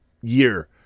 year